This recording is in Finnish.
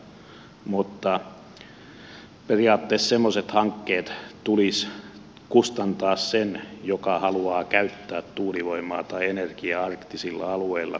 mutta periaatteessa semmoiset hankkeet tulisi kustantaa sen joka haluaa käyttää tuulivoimaa tai energiaa arktisilla alueilla